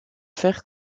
fer